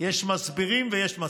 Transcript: יש מסבירים ויש מסריחים.